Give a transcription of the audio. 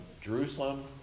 Jerusalem